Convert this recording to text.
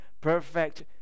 perfect